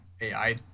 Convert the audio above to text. ai